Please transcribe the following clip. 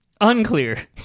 Unclear